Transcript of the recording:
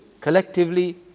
collectively